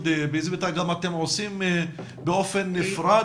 מעורבים ובאיזו מידה אתם עושים באופן נפרד